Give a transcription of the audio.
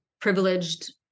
privileged